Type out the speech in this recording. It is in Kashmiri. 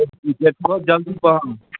تھوڑا جلدی پہَم